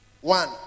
One